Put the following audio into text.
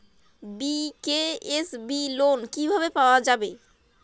BKSB loan কিভাবে পাওয়া যাবে?